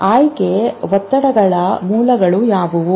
ಆಯ್ಕೆ ಒತ್ತಡಗಳ ಮೂಲಗಳು ಯಾವುವು